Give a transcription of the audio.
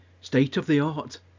state-of-the-art